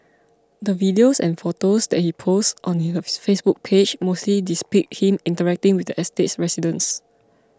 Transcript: the videos and photos that he posts on Facebook page mostly depict him interacting with the estate's residents